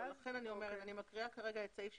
לכן אני אומרת שאני מקריאה כרגע את סעיף 69,